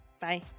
Bye